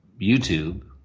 YouTube